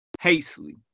hastily